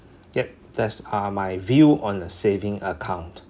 yup that's uh my view on the saving account